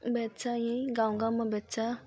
बेच्छ यहीँ गाउँगाउँमा बेच्छ